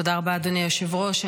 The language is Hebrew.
תודה רבה, אדוני היושב-ראש.